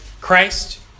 Christ